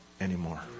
anymore